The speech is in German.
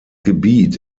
gebiet